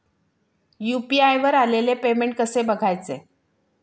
UPI वर आलेले payment कसे बघायचे?